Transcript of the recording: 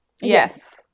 Yes